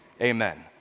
Amen